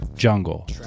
jungle